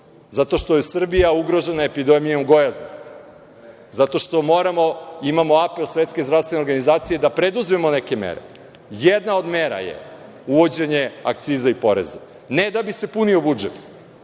Zato što je Srbija ugrožena epidemijom gojaznosti. Zato što imamo apel Svetske zdravstvene organizacije da preduzmemo neke mere. Jedna od mera je uvođenje akciza i poreza. Ne da bi se punio budžet,